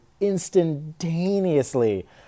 instantaneously